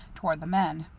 toward the men.